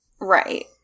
Right